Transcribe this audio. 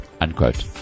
Unquote